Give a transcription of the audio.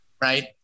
right